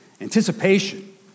anticipation